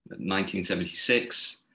1976